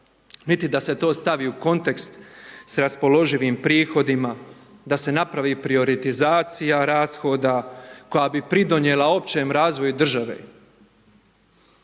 niti da se to stavi u kontekst s raspoloživim prihodima, da se napravi prioritizacija rashoda koja bi pridonijela općem razvoju države.